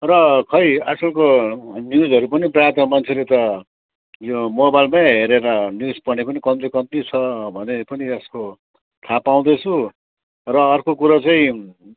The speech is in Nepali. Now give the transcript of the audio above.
र खोइ आजकलको न्युजहरू पनि प्रायः त मान्छेले त यो मोबाइलमै हेरेर न्युज पढ्ने पनि कम्ती कम्ती छ भने पनि यसको थाहा पाउँदैछु र अर्को कुरो चाहिँ